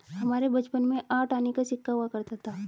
हमारे बचपन में आठ आने का सिक्का हुआ करता था